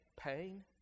pain